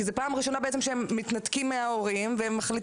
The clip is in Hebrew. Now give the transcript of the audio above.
כי זה פעם ראשונה בעצם שהן מתנתקות מההורים ומחליטות